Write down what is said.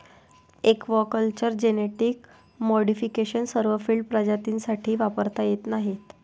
aquaculture genetic modification सर्व field प्रजातींसाठी वापरता येत नाही